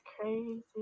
crazy